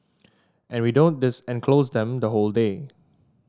and we don't this enclose them the whole day